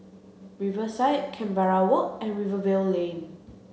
Riverside Canberra Walk and Rivervale Lane